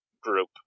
group